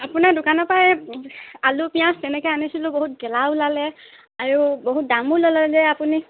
আপোনাৰ দোকানৰ পৰা এই আলু পিয়াঁজ তেনেকৈ আনিছিলোঁ বহুত গেলা ওলালে আৰু বহুত দামো ল'লে যে আপুনি